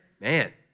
Man